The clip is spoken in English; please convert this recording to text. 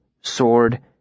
sword